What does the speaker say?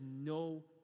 no